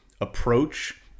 approach